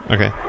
Okay